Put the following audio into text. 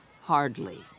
Hardly